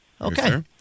Okay